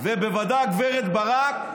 ובוודאי הגברת ברק?